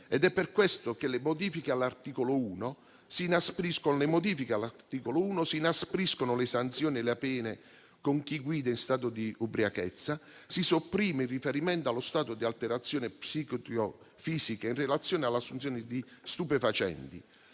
È per questo che all'articolo 1 si inaspriscono le sanzioni e le pene verso chi guida in stato di ubriachezza e si sopprime il riferimento allo stato di alterazione psicofisica in relazione all'assunzione di stupefacenti.